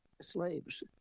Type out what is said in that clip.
slaves